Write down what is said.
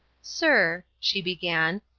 sir, she began,